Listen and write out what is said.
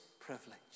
privilege